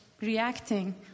reacting